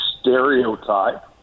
Stereotype